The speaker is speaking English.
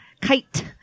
Kite